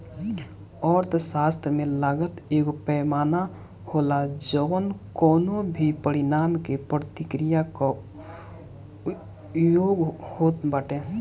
अर्थशास्त्र में लागत एगो पैमाना होला जवन कवनो भी परिणाम के प्रक्रिया कअ योग होत बाटे